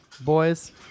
Boys